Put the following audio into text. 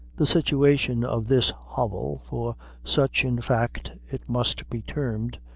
the situation of this hovel, for such, in fact, it must be termed,